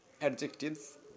adjectives